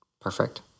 Perfect